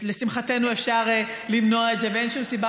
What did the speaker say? ולשמחתנו אפשר למנוע את זה ואין שום סיבה